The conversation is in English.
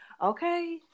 Okay